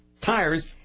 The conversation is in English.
tires